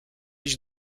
iść